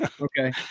okay